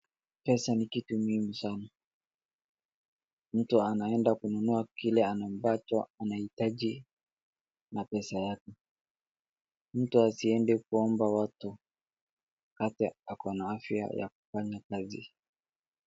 Pesa ni kitu muhimu sana. Mtu anaenda kununua kile ambacho anahitaji na pesa yake. Mtu asiende kuomba watu wakati ako na afya ya kufanya kazi.